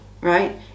right